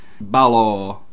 Balor